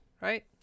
right